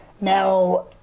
Now